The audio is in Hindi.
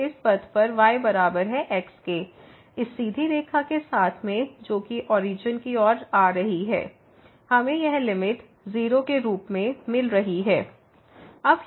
तो इस पथ पर y बराबर है x के इस सीधी रेखा के साथ में जो की ओरिजन की ओर आ रही है हमें यह लिमिट 0 के रूप में मिल रही है